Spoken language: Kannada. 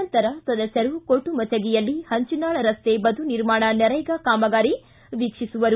ನಂತರ ಕೋಟುಮಚಗಿಯಲ್ಲಿ ಹಂಚಿನಾಳ ರಸ್ತೆ ಬದು ನಿರ್ಮಾಣ ನರೇಗಾ ಕಾಮಗಾರಿ ವೀಕ್ಷಿಸುವರು